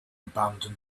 abandoned